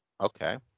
Okay